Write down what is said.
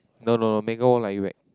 no no no Megan won't like you back